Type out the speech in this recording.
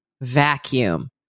vacuum